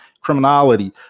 criminality